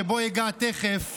שבו אגע תכף,